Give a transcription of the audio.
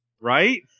right